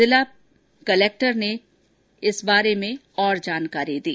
जिला कलक्टर ने इस बारे में और जानकारी दी